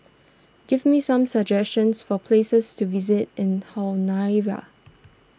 give me some suggestions for places to visit in Honiara